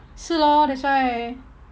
是 lor that's why